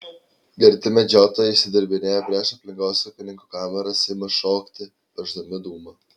girti medžiotojai išsidirbinėja prieš aplinkosaugininkų kameras ima šokti pešdami dūmą